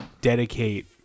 dedicate